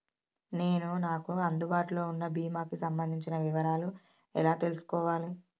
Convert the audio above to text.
నేను నాకు అందుబాటులో ఉన్న బీమా కి సంబంధించిన వివరాలు ఎలా తెలుసుకోవాలి?